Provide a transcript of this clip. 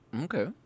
Okay